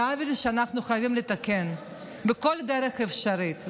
זה עוול שאנחנו חייבים לתקן בכל דרך אפשרית.